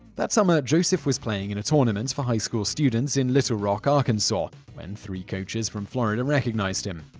that summer, joseph was playing in a tournament for high school students in little rock, arkansas, when three coaches from florida recognized him.